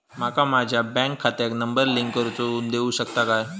माका माझ्या बँक खात्याक नंबर लिंक करून देऊ शकता काय?